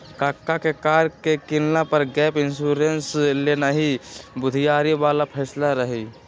कक्का के कार के किनला पर गैप इंश्योरेंस लेनाइ बुधियारी बला फैसला रहइ